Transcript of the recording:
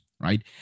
right